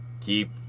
Keep